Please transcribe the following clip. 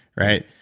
right?